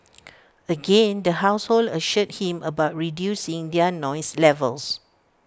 again the household assured him about reducing their noise levels